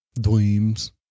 dreams